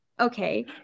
okay